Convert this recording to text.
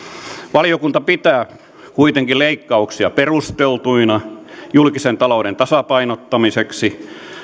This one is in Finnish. valiokunta pitää kuitenkin leikkauksia perusteltuina julkisen talouden tasapainottamiseksi